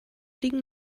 liegen